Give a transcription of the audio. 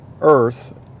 earth